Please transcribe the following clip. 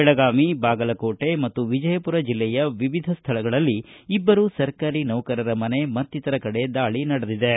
ಬೆಳಗಾವಿ ಬಾಗಲಕೋಟೆ ಮತ್ತು ವಿಜಯಪುರ ಜಿಲ್ಲೆಯ ವಿವಿಧ ಸ್ಥಳಗಳಲ್ಲಿ ಇಬ್ಬರು ಸರ್ಕಾರಿ ನೌಕರರ ಮನೆ ಮತ್ತಿತರ ಕಡೆ ದಾಳಿ ನಡೆದಿದ್ದು